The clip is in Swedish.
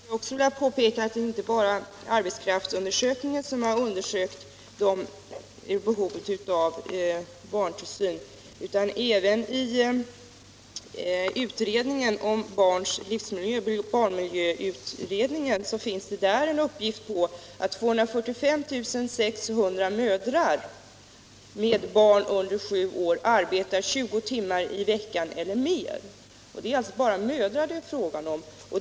Nr 136 Herr talman! Jag skulle vilja påpeka att inte bara arbetskraftsundersökningen har studerat behovet av barntillsyn. Utredningen om barns livsmiljö, barnmiljöutredningen, ger en uppgift om att 245 600 mödrar med barn under sju år arbetar 20 timmar i veckan eller mer; det är — Om tillsynen av alltså bara fråga om mödrar.